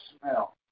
smell